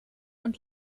und